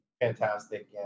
fantastic